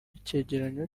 icyegeranyo